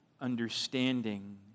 understanding